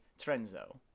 Trenzo